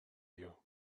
you